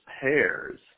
pairs